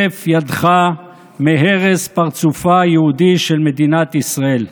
הרף ידך מהרס פרצופה היהודי של מדינת ישראל.